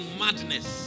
madness